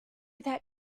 think